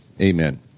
amen